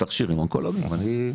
תכשירים אונקולוגיים.